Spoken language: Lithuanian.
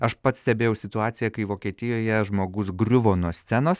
aš pats stebėjau situaciją kai vokietijoje žmogus griuvo nuo scenos